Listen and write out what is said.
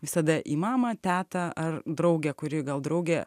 visada į mamą tetą ar draugę kuri gal draugė